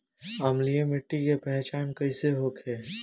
अम्लीय मिट्टी के पहचान कइसे होखे?